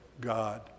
God